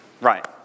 Right